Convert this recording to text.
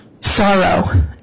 Sorrow